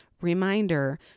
reminder